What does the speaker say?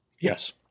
Yes